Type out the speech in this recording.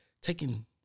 taking